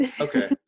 Okay